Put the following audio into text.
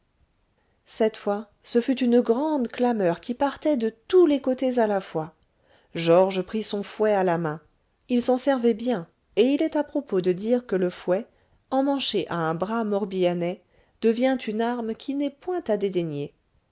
cette fois ce fut une grande clameur qui partait de tous les côtés à la fois georges prit son fouet à la main il s'en servait bien et il est à propos de dire que le fouet emmanché à un bras morbihannais devient une arme qui n'est point à